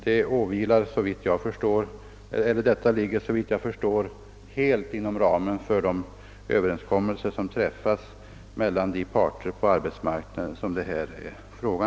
Denna ligger såvitt jag förstår helt inom ramen för de överenskommelser som träffas mellan de parter på arbetsmarknaden, vilka här kommer i fråga.